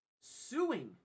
suing